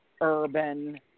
urban